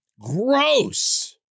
gross